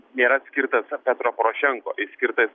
nėra skirtas petro porošenko jis skirtas